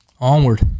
Onward